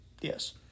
Yes